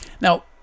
Now